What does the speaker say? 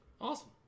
Awesome